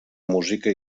música